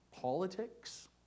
politics